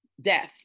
death